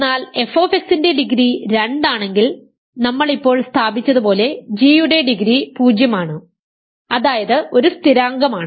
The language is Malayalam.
എന്നാൽ f ൻറെ ഡിഗ്രി 2 ആണെങ്കിൽ നമ്മൾ ഇപ്പോൾ സ്ഥാപിച്ചതുപോലെ g യുടെ ഡിഗ്രി 0 ആണ് അതായത് ഒരു സ്ഥിരാങ്കമാണ്